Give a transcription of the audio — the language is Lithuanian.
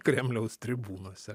kremliaus tribūnose